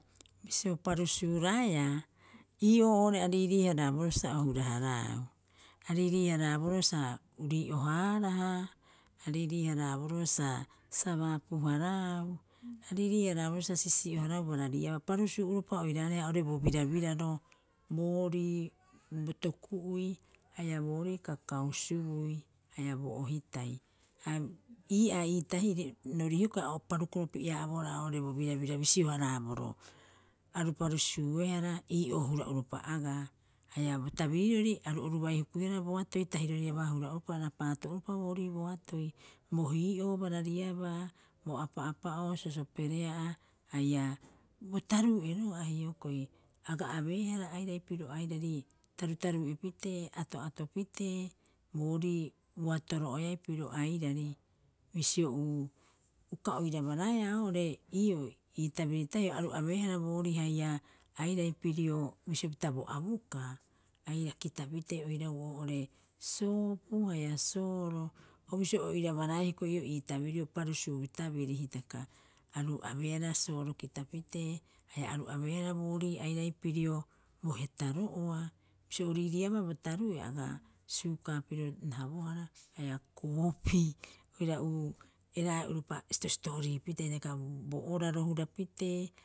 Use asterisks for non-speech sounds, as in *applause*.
Bisio parusuuraaea, ii'oo oo'ore a riiii- haraboroo sa o huraharaau. A riirii- haraaboroo sa urii'o- haaraha, a riirii- haraaboroo sa sabaapu- haraau, a riirii- haraaboroo sa sisii'o- haraau barariabaa parusuu'uropa oiraareha oo'ore bo birabiraro boorii bo toku'ui haia boorii kakau subui haia bo ohitai. Hab ii'aa ii tahiri rorihukao a o parukoropi'e- haabohara oo'ore bo birabira bisio- haraaboroo, aru parusuuehara ii'oo hara'uropa agaa. Haia bo tabirirori aru oru bai hukuihara boatoi tahiroriabaa hura 'opa o raapaato'boorii boatoi bo hii'oo barariabaa bo apa'apa'oo sosoperea'a haia bo taruu'e roga'a hioko'i. Aga abeehara airai pirio airari tarutaru'epitee ato'atopitee borii boatoro'oeai pirio airari bisio *hesitation* uka oiraba raea oo'ore ii'oo ii tabiri tahio aru abehara boorii haia airai pirio bisio pita bo a bukaa aira kitapitee oirau oo'ore soopu haia sooro o bisio oiraba raea hioko'o ii'oo ii tabirio parusuu tabiri hitaka. Aru abehara sooro kitapitee, haia aru abeehara boorii airai pirio bo hetaro'oa bisio o riiriiabaa bo taruu'e aga suukaa piro rahobohara haia koopii oira *hesitation* eraa'e'uropa sitositorii pitere haia bo oraro hurapitee